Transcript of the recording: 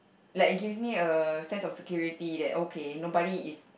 like it gives me a sense of security that okay nobody is